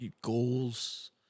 goals